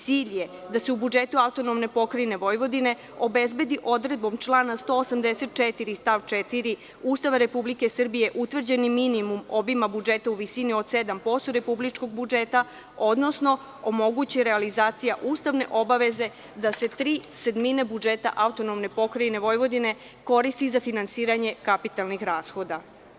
Cilj je da se u budžetu AP Vojvodine obezbedi odredbom člana 184. stav 4. Ustava Republike Srbije utvrđeni minimum obima budžeta u visini od 7% republičkog budžeta, odnosno omogući realizacija ustavne obaveze da se tri sedmine budžeta AP Vojvodine koristi za finansiranje kapitalnih rashoda.